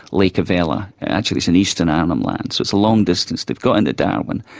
lake evella, actually it's in eastern arnhem land, so it's a long distance. they've got into darwin,